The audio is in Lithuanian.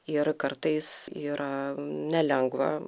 ir kartais yra nelengva